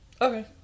Okay